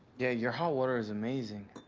yeah, your hot water is amazing.